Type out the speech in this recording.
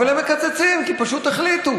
אבל הם מקצצים, כי פשוט החליטו.